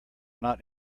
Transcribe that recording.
not